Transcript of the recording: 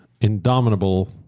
indomitable